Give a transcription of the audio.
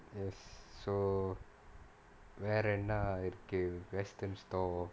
yes so வேற என்னா இருக்கு:vera ennaa irukku western stall